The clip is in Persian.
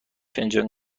فنجان